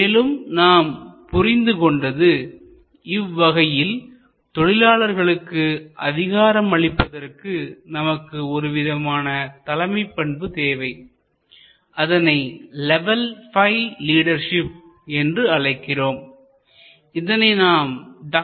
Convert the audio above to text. மேலும் நாம் புரிந்து கொண்டது இவ்வகையில் தொழிலாளர்களுக்கு அதிகாரம் அளிப்பதற்கு நமக்கு ஒருவிதமான தலைமைப்பண்பு தேவை அதனை லெவல் பை லீடர்ஷிப் என்று அழைக்கிறோம் இதனை நாம் Dr